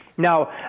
Now